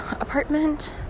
apartment